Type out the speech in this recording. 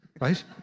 right